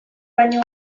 baino